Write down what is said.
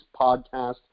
podcast